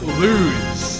lose